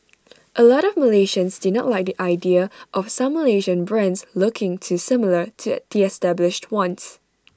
A lot of Malaysians do not like the idea of some Malaysian brands looking too similar to A the established ones